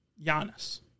Giannis